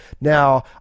Now